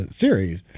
series